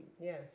Yes